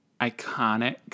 iconic